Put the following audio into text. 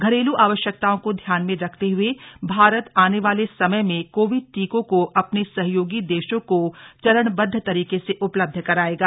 घरेलू आवश्यकताओं को ध्यान में रखते हुए भारत आने वाले समय में कोविड टीकों को अपने सहयोगी देशों को चरणबद्व तरीके से उपलब्ध कराएगा